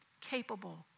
Capable